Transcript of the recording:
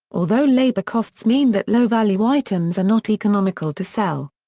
although labour costs mean that low value items are not economical to sell.